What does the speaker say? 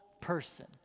person